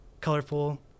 colorful